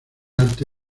arte